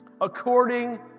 according